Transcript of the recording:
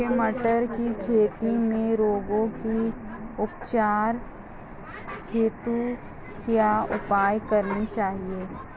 मुझे मटर की खेती में रोगों के उपचार हेतु क्या उपाय करने चाहिए?